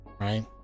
right